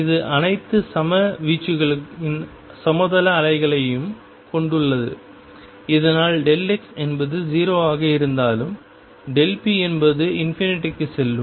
இது அனைத்து சம வீச்சுகளின் சமதள அலைகளையும் கொண்டுள்ளது இதனால் x என்பது 0 ஆக இருந்தாலும் p என்பது க்கு செல்லும்